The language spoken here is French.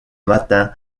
matin